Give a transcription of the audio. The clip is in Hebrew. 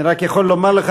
אני רק יכול לומר לך,